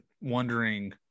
wondering